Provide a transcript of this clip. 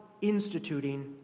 instituting